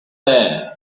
air